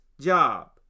job